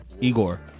igor